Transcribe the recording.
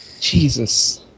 Jesus